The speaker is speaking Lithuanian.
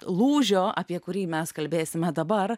lūžio apie kurį mes kalbėsime dabar